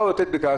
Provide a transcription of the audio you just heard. באו לתת בדיקה,